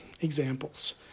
examples